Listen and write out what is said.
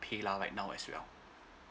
paylah right now as well